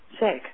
sick